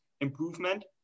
improvement